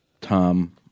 Tom